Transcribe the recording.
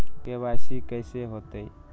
KYC कैसे होतई?